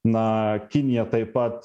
na kinija taip pat